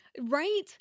Right